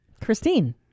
Christine